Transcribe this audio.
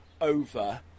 over